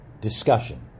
Discussion